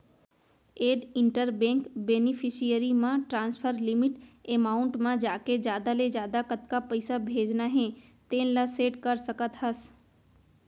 add inter bank beneficiary म transfer limit amount म जाके जादा ले जादा कतका पइसा भेजना हे तेन ल सेट कर सकत हस